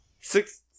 six